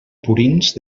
purins